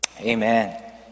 Amen